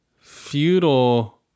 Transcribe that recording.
feudal